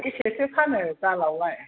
बेसेसो फानो दालावलाय